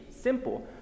simple